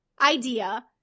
idea